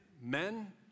men